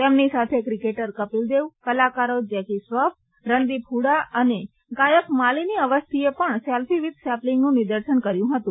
તેમની સાથે ક્રિકેટર કપીલ દેવ કલાકારો જેકી શ્રોફ રણદીપ હૂડા અને ગાયક માલીની અવસ્થીએ પણ સેલ્ફી વીથ સેપલિંગનું નિદર્શન કર્યું હતું